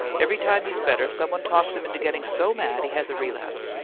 every time he's better somebody talks him into getting so mad he has a relapse.